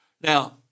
Now